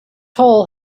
hole